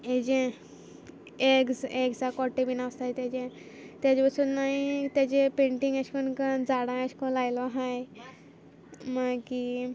हेजें एग्स एग्सा कोट्टें बी आसताय तेजें तेजें बसून हांयें तेजें पेंटींग एशें कोन झाडां एशें कोन्न लायलो आहाय मागीर